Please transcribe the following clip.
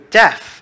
death